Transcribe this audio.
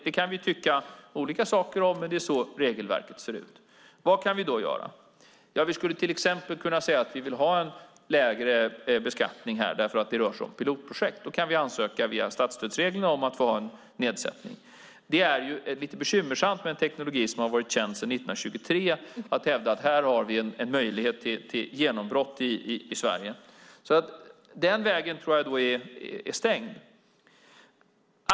Det kan vi tycka olika saker om, men det är så regelverket ser ut. Vad kan vi då göra? Vi skulle till exempel kunna säga att vi vill ha en lägre beskattning här eftersom det rör sig om pilotprojekt. Då kan vi via statsstödsreglerna ansöka om en nedsättning. Det är lite bekymmersamt med en teknologi som har varit känd sedan 1923 att hävda att vi här har en möjlighet till genombrott i Sverige. Den vägen tror jag är stängd.